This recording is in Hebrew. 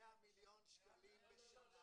100 מיליון שקלים בשנה.